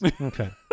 Okay